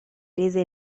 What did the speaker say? rese